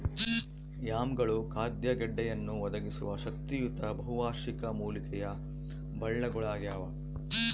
ಯಾಮ್ಗಳು ಖಾದ್ಯ ಗೆಡ್ಡೆಯನ್ನು ಒದಗಿಸುವ ಶಕ್ತಿಯುತ ಬಹುವಾರ್ಷಿಕ ಮೂಲಿಕೆಯ ಬಳ್ಳಗುಳಾಗ್ಯವ